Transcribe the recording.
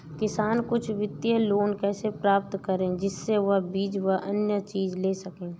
किसान कुछ वित्तीय लोन कैसे प्राप्त करें जिससे वह बीज व अन्य चीज ले सके?